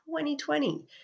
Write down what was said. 2020